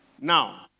Now